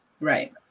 Right